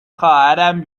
خواهرم